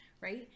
right